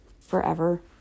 forever